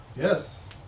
Yes